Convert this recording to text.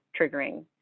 triggering